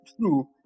true